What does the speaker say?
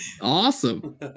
Awesome